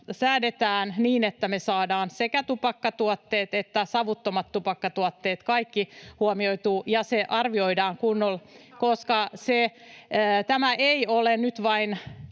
säädetään, niin että me saadaan sekä tupakkatuotteet että savuttomat tupakkatuotteet, kaikki, huomioitua, ja se arvioidaan kunnolla, [Krista Kiurun